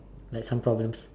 like some problems